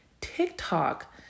TikTok